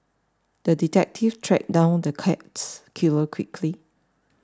the detective tracked down the cats killer quickly